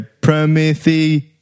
Prometheus